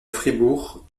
fribourg